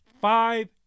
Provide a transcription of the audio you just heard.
five